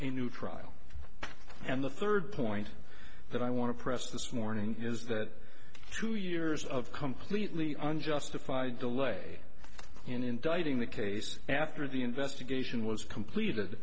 a new trial and the third point that i want to press this morning is that two years of completely unjustified delay in indicting the case after the investigation was completed